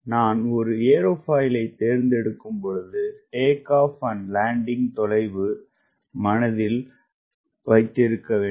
நான் ஒரு ஏரோபாயில் தேர்ந்தெடுக்கும்பொழுது டேக் ஆப் அண்ட் லெண்டிங் தொலைவுமனதில் வைத்திருக்க வேண்டும்